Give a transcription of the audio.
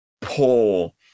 pull